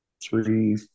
three